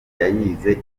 yayize